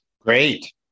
Great